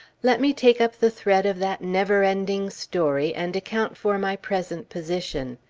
let me take up the thread of that never-ending story, and account for my present position.